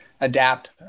adapt